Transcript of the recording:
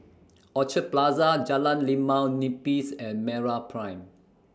Orchard Plaza Jalan Limau Nipis and Meraprime